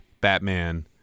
Batman